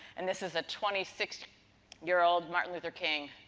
and this is a twenty six year old martin luther king.